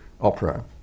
opera